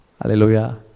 Hallelujah